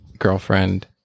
girlfriend